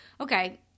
okay